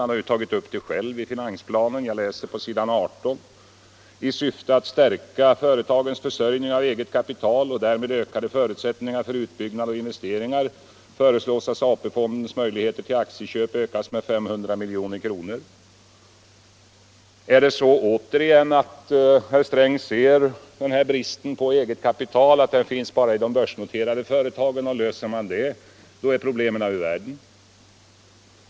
Han har ju själv tagit upp det här problemet i finansplanen på s. 18: ”I syfte att stärka företagens försörjning av eget kapital och därmed ökade förutsättningar för utbyggnad och investeringar föreslås att AP-fondens möjligheter till aktieköp ökas med 500 milj.kr.” Anser herr Sträng att brist på eget kapital bara finns i de börsnoterade företagen och att saken är ur världen om man löser deras problem?